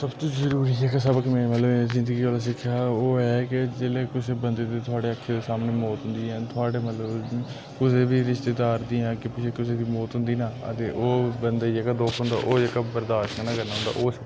सबतु जरूरी जेह्डी साढ़े कन्ने मतलब की जिंदगी कोला सिखेआ आ ओह् एह् ऐ की जोल्लै किसे बंदे दे थुआड़ी आक्खी दे सामने मौत होंदी ऐ थुआड़े मतलब कुसै बी रिशतेदार दियां अगे कुसै दी मौत होंदी ना ते ओह् जेह्का बंदे दी दुख होंदा ओह् जेह्का बर्दाश्त नेहा करने आह्ला ओह्का